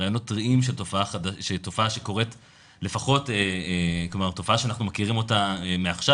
ראיונות טריים של תופעה שאנחנו מכירים אותה מעכשיו.